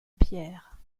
pierre